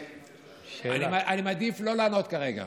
אני מעדיף לא לענות כרגע.